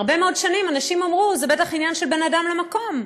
הרבה מאוד שנים אנשים אמרו: זה בטח עניין של בין אדם למקום,